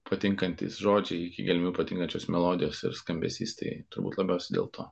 patinkantys žodžiai iki gelmių patinkančios melodijas ir skambesys tai turbūt labiausiai dėl to